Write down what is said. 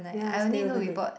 ya stay overnight